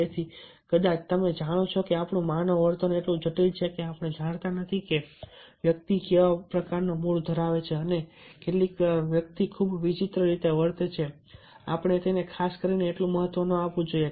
તેથી કદાચ તમે જાણો છો કે આપણું માનવ વર્તન એટલું જટિલ છે કે આપણે જાણતા નથી કે વ્યક્તિ કેવા પ્રકારનો મૂડ ધરાવે છે અને કેટલીકવાર વ્યક્તિ ખૂબ જ વિચિત્ર રીતે વર્તે છે આપણે તેને ખાસ કરીને એટલું મહત્વ ન આપવું જોઈએ